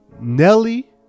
Nelly